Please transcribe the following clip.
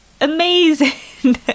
Amazing